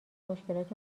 مشکلات